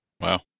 wow